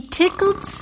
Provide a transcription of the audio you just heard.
tickled